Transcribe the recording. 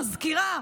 מזכירה,